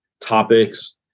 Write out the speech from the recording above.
topics